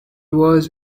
was